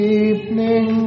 evening